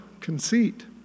conceit